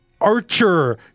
archer